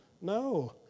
No